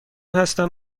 هستم